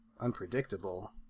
unpredictable